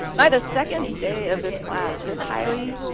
by the second day of this class this highly,